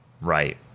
Right